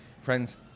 Friends